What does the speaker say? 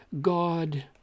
God